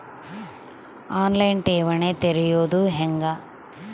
On line ಠೇವಣಿ ತೆರೆಯೋದು ಹೆಂಗ?